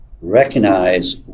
recognize